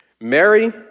Mary